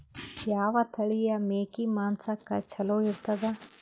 ಯಾವ ತಳಿಯ ಮೇಕಿ ಮಾಂಸಕ್ಕ ಚಲೋ ಇರ್ತದ?